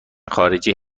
خارجی